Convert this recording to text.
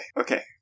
okay